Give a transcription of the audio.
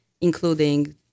including